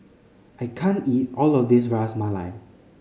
I can't eat all of this Ras Malai